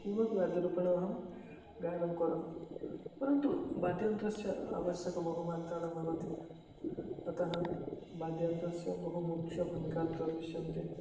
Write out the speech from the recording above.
किमपि वाद्यरूपेण अहं गानं करोमि परन्तु वाद्ययन्त्रस्य आवश्यकता बहुमात्राणं भवति अतः वाद्ययन्त्रस्य बहु मुख्या भूमिका अत्र दृश्यते